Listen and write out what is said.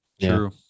True